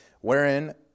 wherein